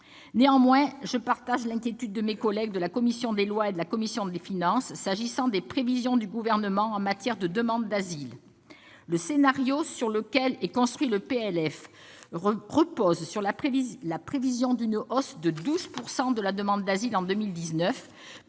Néanmoins, je partage l'inquiétude de mes collègues de la commission des lois et de la commission des finances s'agissant des prévisions du Gouvernement en matière de demandes d'asile. Le scénario sur lequel est construit le projet de loi de finances repose sur la prévision d'une hausse de 12 % de la demande d'asile en 2019,